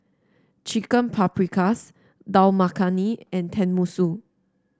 Chicken Paprikas Dal Makhani and Tenmusu